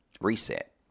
reset